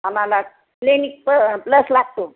आम्हाला क्लिनिक प प्लस लागतो